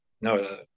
no